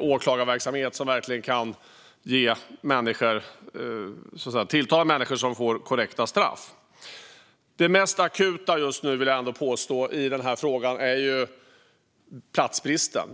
åklagarverksamhet som verkligen kan se till att människor får korrekta straff. Jag vill påstå att det mest akuta just nu i denna fråga är platsbristen.